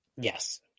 Yes